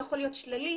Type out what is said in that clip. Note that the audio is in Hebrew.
יכול להיות שלילי,